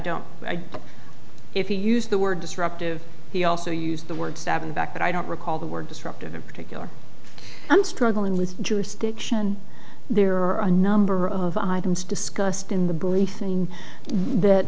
don't know if you use the word disruptive he also used the word stabbing back but i don't recall the word disruptive in particular i'm struggling with jurisdiction there are a number of items discussed in the